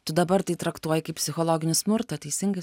tu dabar tai traktuoji kaip psichologinį smurtą teisingai